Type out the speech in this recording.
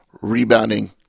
rebounding